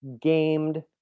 gamed